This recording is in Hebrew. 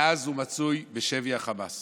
מאז הוא מצוי בשבי החמאס